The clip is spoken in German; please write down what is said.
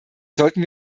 sollten